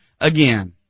again